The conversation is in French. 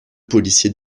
policiers